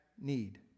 need